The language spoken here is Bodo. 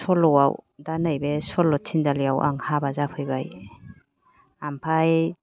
सल'आव दा नै बे सल' थिनालियाव आं हाबा जाफैबाय ओमफ्राय